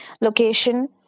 location